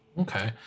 Okay